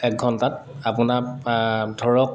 এক ঘণ্টাত আপোনাৰ ধৰক